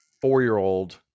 four-year-old